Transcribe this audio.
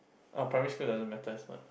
orh primary school doesn't matter as much